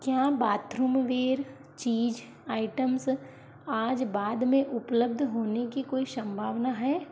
क्या bathroom ware चीज़ items आज बाद में उपलब्ध होने की कोई संभावना है